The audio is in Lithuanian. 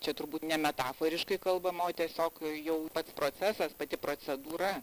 čia turbūt ne metaforiškai kalbama o tiesiog jau pats procesas pati procedūra